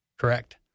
Correct